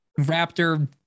raptor